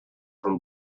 from